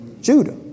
Judah